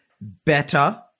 better